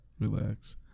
Relax